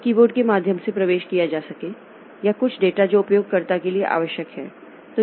जो कीबोर्ड के माध्यम से प्रवेश किया जा सके या कुछ डेटा जो उपयोगकर्ता के लिए आवश्यक है